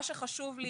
מה שחשוב לי